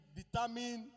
determine